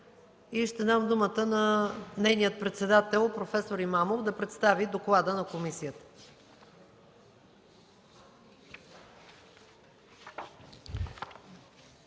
Ще дам думата на нейния председател проф. Имамов, за да представи доклада на комисията.